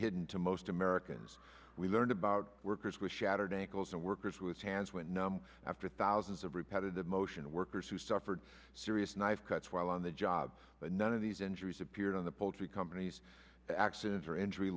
hidden to most americans we learned about workers with shattered ankles and workers with hands went numb after thousands of repetitive motion workers who suffered serious knife cuts while on the job but none of these injuries appeared on the poultry company's accidents or injury